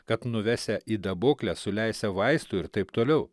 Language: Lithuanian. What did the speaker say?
kad nuvesią į daboklę suleisią vaistų ir taip toliau